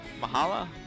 Mahala